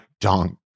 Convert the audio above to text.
dong